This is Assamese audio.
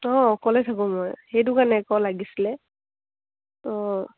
অঁ অকলে থাকোঁ মই সেইটো কাৰণে আকৌ লাগিছিলে অঁ